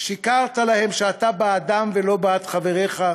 שיקרת להם שאתה בעדם ולא בעד חבריך,